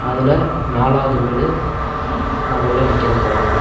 அதில் நாலாவது வீடு நான் வெளியில் நிற்கிறேன் பாருங்கள்